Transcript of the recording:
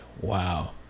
wow